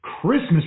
Christmas